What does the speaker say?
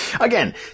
Again